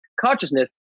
consciousness